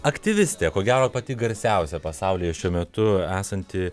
aktyvistė ko gero pati garsiausia pasaulyje šiuo metu esanti